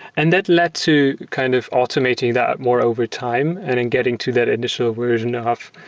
and that led to kind of automating that more over time and in getting to that initial version of,